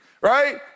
Right